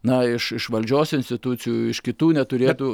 na iš iš valdžios institucijų iš kitų neturėtų